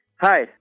Hi